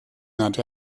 that